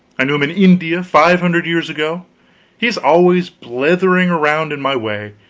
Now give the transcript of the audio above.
i knew him in india five hundred years ago he is always blethering around in my way,